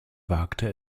wagte